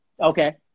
Okay